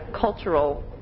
cultural